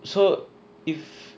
so if